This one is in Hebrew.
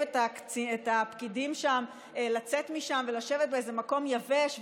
את הפקידים לצאת משם ולשבת באיזה מקום יבש,